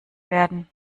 werden